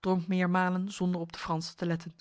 dronk meermalen zonder op de fransen te letten